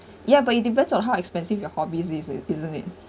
ya but it depends on how expensive your hobby is isn't it